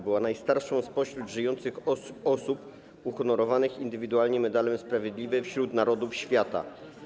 Była najstarszą spośród żyjących osób uhonorowanych indywidualnie medalem Sprawiedliwy wśród Narodów Świata.